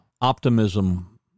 Optimism